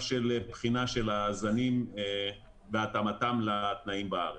של בחינה של הזנים והתאמתם לתנאים בארץ.